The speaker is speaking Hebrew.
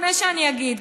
לפני שאני אגיד,